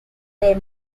their